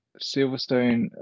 Silverstone